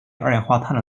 二氧化碳